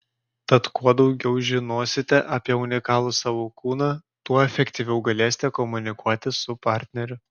tad kuo daugiau žinosite apie unikalų savo kūną tuo efektyviau galėsite komunikuoti su partneriu